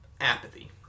apathy